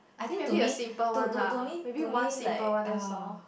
I think to me to to to me to me like ah